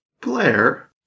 Blair